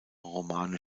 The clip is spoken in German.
romane